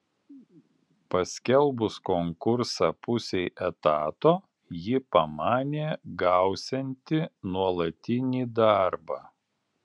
paskelbus konkursą pusei etato ji pamanė gausianti nuolatinį darbą